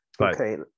okay